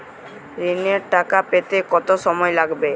ঋণের টাকা পেতে কত সময় লাগবে?